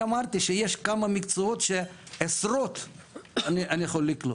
אני אמרתי שיש כמה מקצועות שעשרות אני יכול לקלוט.